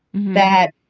that.